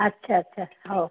ଆଚ୍ଛା ଆଚ୍ଛା ହଉ